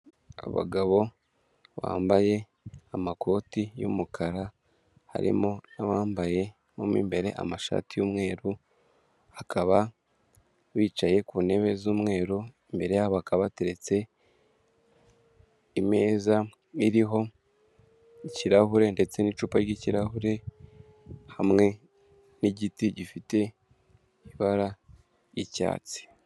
Abagabo bambaye amakoti y'umukara harimo abambaye mo mu imbere amashati y'umweru bakaba bicaye ku ntebe z'umweru, imbere yabo Hakaba Hateretse imeza iriho ikirahure ndetse n'icupa ry'ikirahure hamwe n'igiti gifite ibara ry'icyatsi.